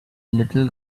little